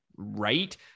right